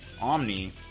Omni